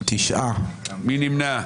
מי נמנע?